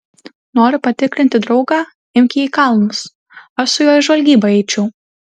nori patikrinti draugą imk jį į kalnus aš su juo į žvalgybą eičiau